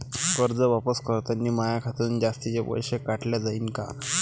कर्ज वापस करतांनी माया खात्यातून जास्तीचे पैसे काटल्या जाईन का?